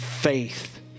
faith